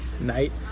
night